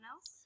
else